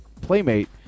Playmate